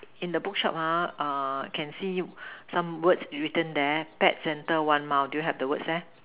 in the bookshop ha err can see some words written there pet center one mile do you have the words there